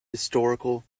historical